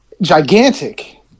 gigantic